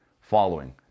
following